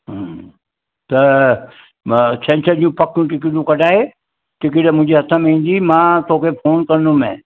हम्म त मां छंछर जी पक टिकिटियूं कढाए टिकिट मुंहिंजे हथ में ईंदी मां तोखे फ़ोनु कंदोमांइ